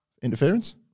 Interference